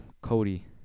Cody